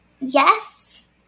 yes